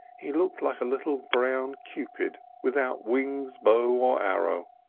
he looked like a little brown cupid without wings, bow or arrow.